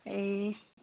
ए